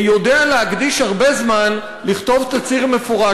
יודע להקדיש הרבה זמן לכתוב תצהיר מפורט,